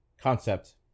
Concept